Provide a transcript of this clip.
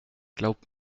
glaub